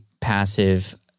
passive